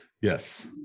yes